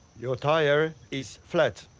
your tyre is flat.